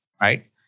right